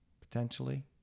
potentially